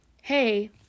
hey